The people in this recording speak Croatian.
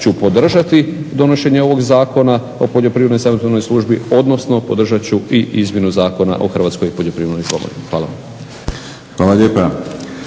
ću podržati donošenje ovog Zakona o poljoprivrednoj savjetodavnoj službi, odnosno podržat ću i izmjenu Zakona o Hrvatskoj poljoprivrednoj komori. Hvala. **Batinić,